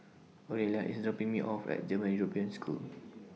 Orelia IS dropping Me off At German European School